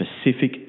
specific